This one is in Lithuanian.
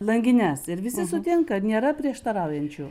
langines ir visi sutinka nėra prieštaraujančių